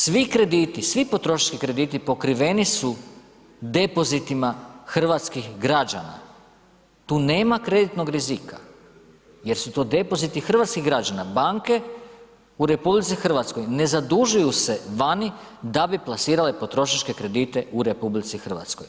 Svi krediti, svi potrošački krediti pokriveni su depozitima hrvatskih građana, tu nema kreditnog rizika jer su to depoziti hrvatskih građana, banke u RH ne zadužuju se vani da bi plasirale potrošačke kredite u RH.